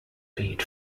peat